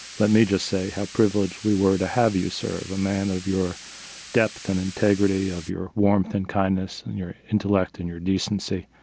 let me just say how privileged we were to have you serve, a man of your depth and integrity of your warmth and kindness and your intellect and your decency.